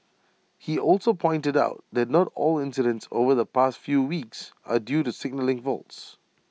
he also pointed out that not all incidents over the past few weeks are due to signalling faults